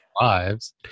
lives